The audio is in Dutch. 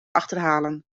achterhalen